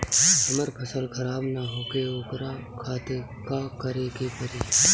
हमर फसल खराब न होखे ओकरा खातिर का करे के परी?